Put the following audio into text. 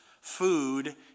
food